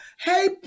Hey